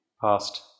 past